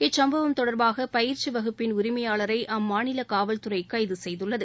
இச்சுப்பவம் தொடர்பாக பயிற்சி வகுப்பின் உரிமையாளரை அம்மாநில காவல் துறை கைது செய்துள்ளது